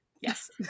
Yes